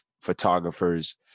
photographers